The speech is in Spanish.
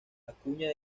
acuña